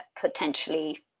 potentially